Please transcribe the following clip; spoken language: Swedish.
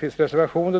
några reservationer.